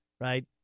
right